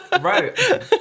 Right